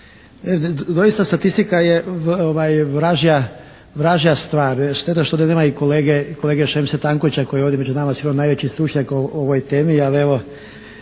Doista statistika je vražja stvar. Šteta što nema i kolege Šemse Tankovića koji je ovdje među nama sigurno najveći stručnjak o ovoj temi, ali evo